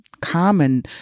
common